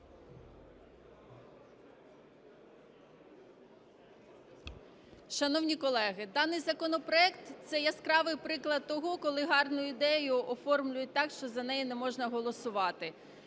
Шановні колеги, даний законопроект – це яскравий приклад того, коли гарну ідею оформлюють так, що за неї не можна голосувати.